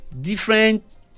different